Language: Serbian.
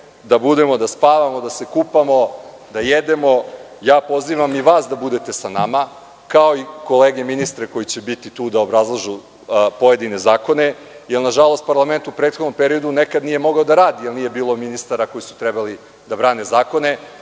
da budemo, da spavamo, da se kupamo, da jedemo, ja pozivam i vas da budete sa nama, kao i kolege ministre koji će biti tu da obrazlažu pojedine zakone, jer nažalost parlament u prethodnom periodu nekad nije mogao da radi, jer nije bilo ministara koji su trebali da brane zakone,